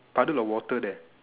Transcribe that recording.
puddle of water there